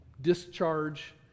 discharge